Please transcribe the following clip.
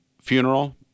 funeral